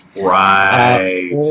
Right